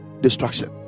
destruction